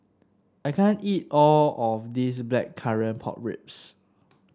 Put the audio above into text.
I can't eat all of this Blackcurrant Pork Ribs